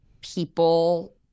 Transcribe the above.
people